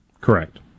Correct